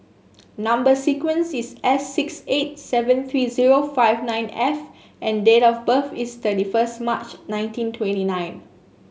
number sequence is S six eight seven three zero five nine F and date of birth is thirty first March nineteen twenty nine